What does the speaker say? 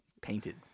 painted